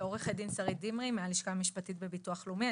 ע"ד שרית דמרי מהלשכה המשפטית בביטוח לאומי.